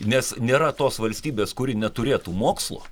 nes nėra tos valstybės kuri neturėtų mokslo